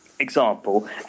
Example